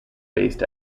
based